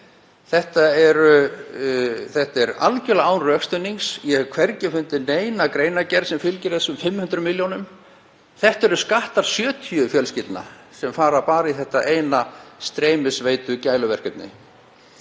Þetta er algerlega án rökstuðnings. Ég hef hvergi fundið neina greinargerð sem fylgir þessum 500 milljónum. Þetta eru skattar 70 fjölskyldna sem fara bara í þetta eina streymisveitugæluverkefni.